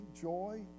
joy